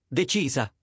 decisa